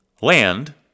Land